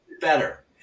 Better